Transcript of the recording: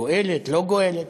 גואלת, לא גואלת.